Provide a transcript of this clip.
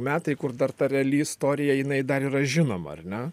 metai kur dar ta reali istorija jinai dar yra žinoma ar ne